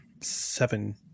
seven